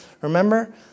Remember